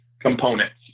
components